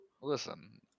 Listen